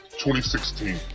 2016